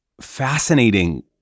fascinating